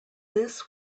this